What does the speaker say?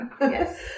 Yes